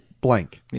blank